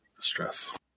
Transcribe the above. Stress